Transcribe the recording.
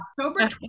October